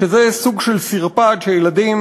שזה סוג של סרפד שהילדים